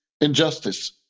injustice